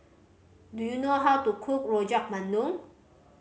do you know how to cook Rojak Bandung